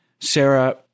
Sarah